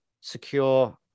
secure